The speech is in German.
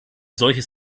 solches